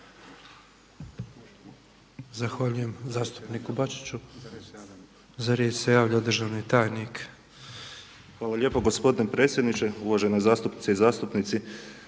Zahvaljujem zastupniku Bačiću. Za riječ se javio državni tajnik. **Šiljeg, Mario (HDZ)** Hvala lijepa. Gospodine predsjedniče, uvažene zastupnice i zastupnici!